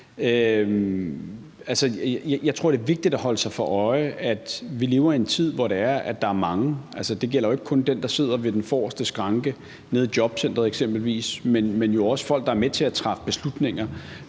Jeg tror, det er vigtigt at holde sig for øje, at vi lever i en tid, hvor der er mange, og det gælder ikke kun dem, der sidder ved den forreste skranke nede i eksempelvis jobcenteret, men også folk, der er med til at træffe beslutninger,